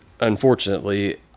unfortunately